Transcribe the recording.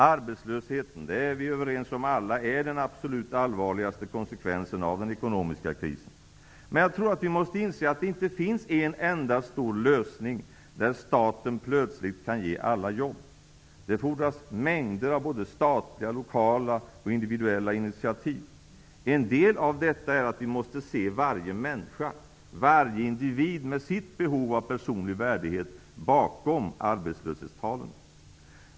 Vi är alla överens om att arbetslösheten är den absolut allvarligaste konsekvensen av den ekonomiska krisen. Men jag tror att vi måste inse att det inte finns en enda stor lösning, där staten plötsligt kan ge alla ett jobb. Det fordras mängder av såväl statliga som lokala och individuella initiativ. En del av detta är att vi bakom arbetslöshetstalen måste se varje människa, varje individ med sitt behov av värdighet.